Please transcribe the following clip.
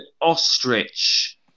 ostrich